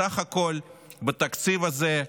בסך הכול בתקציב הזה,